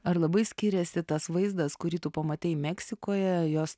ar labai skiriasi tas vaizdas kurį tu pamatei meksikoje jos